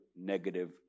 negative